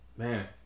Man